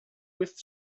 with